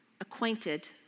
acquainted